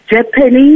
Japan